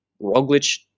Roglic